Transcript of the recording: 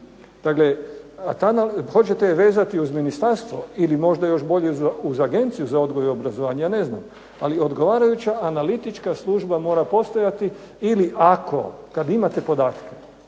A hoćete li ju vezati uz Ministarstvo ili možda još bolje uz Agenciju za odgoj i obrazovanje ja ne znam ali odgovarajuća analitička služba mora postojati, ili ako kada imate podatke,